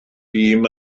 bum